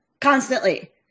constantly